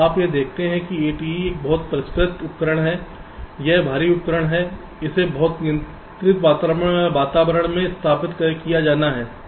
आप यह देखते हैं कि ATE बहुत परिष्कृत उपकरण है यह भारी उपकरण है इसे बहुत नियंत्रित वातावरण में स्थापित किया जाना है